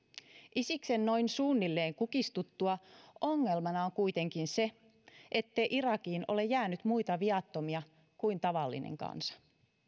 isiksen noin suunnilleen kukistuttua ongelmana on kuitenkin se ettei irakiin ole jäänyt muita viattomia kuin tavallinen kansa